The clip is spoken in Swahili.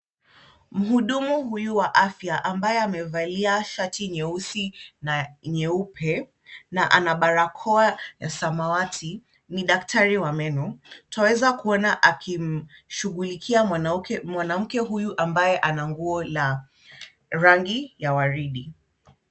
Mhudumu huyu wa afya ambaye amevalia shati nyeusi na nyeupe na ana barakoa ya samawati ni daktari wa meno. Twaweza kuona akimshughulikia mwanamke huyo ambaye ana nguo la rangi ya waridi.